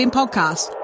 podcast